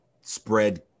spread